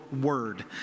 Word